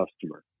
customer